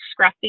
scruffy